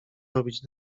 robić